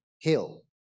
hill